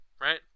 right